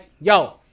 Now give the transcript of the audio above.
yo